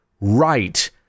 right